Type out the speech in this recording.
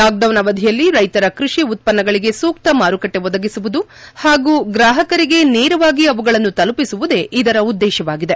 lockdown ಅವಧಿಯಲ್ಲಿ ರೈತರ ಕೃಷಿ ಉತ್ವನ್ನಗಳಿಗೆ ಸೂಕ್ತ ಮಾರುಕಟ್ಟೆ ಒದಗಿಸುವುದು ಹಾಗೂ ಗ್ರಾಹಕರಿಗೆ ನೇರವಾಗಿ ಅವುಗಳನ್ನು ತಲುಪಿಸುವುದೇ ಇದರ ಉದ್ದೇಶವಾಗಿದೆ